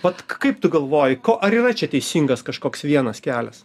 vat kaip tu galvoji ko ar yra čia teisingas kažkoks vienas kelias